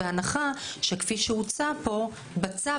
בהנחה שכפי שהוצע פה בצו,